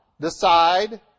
decide